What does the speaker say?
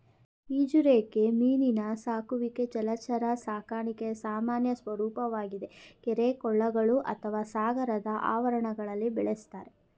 ಈಜುರೆಕ್ಕೆ ಮೀನಿನ ಸಾಕುವಿಕೆ ಜಲಚರ ಸಾಕಣೆಯ ಸಾಮಾನ್ಯ ಸ್ವರೂಪವಾಗಿದೆ ಕೆರೆ ಕೊಳಗಳು ಅಥವಾ ಸಾಗರದ ಆವರಣಗಳಲ್ಲಿ ಬೆಳೆಸ್ತಾರೆ